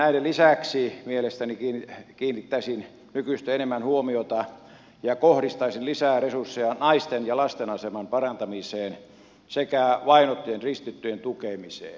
näiden lisäksi kiinnittäisin nykyistä enemmän huomiota ja kohdistaisin lisää resursseja naisten ja lasten aseman parantamiseen sekä vainottujen kristittyjen tukemiseen